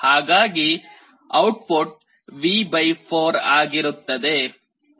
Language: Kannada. ಹಾಗಾಗಿ ಔಟ್ಪುಟ್ V4 ಆಗಿರುತ್ತದೆ